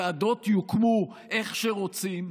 ועדות יוקמו איך שרוצים,